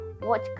watch